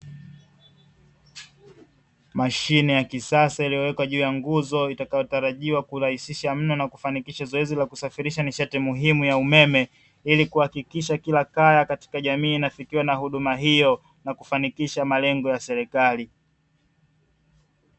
Mashine ya kisasa iliyowekwa juu ya nguzo itakayotarajiwa kurahisisha mno kufanikisha zoezi la kusafirisha nishati muhimu ya umeme, ili kuhakikisha kila kaya katika jamii inafikiwa na huduma hiyo na kufanikisha malengo ya serikali.